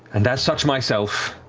and as such myself,